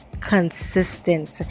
consistent